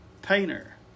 painter